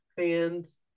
fans